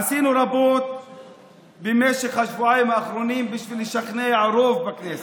עשינו רבות במשך השבועיים האחרונים בשביל לשכנע רוב בכנסת.